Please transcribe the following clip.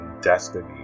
destiny